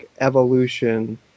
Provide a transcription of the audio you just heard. evolution